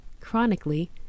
chronically